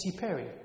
Perry